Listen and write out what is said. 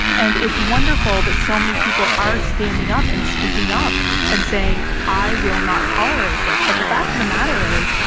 and it's wonderful that so many people are standing up and speaking up and saying i will not tolerate this. but the fact of the matter is,